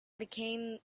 became